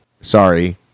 sorry